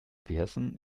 versen